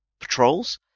patrols